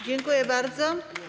Dziękuję bardzo.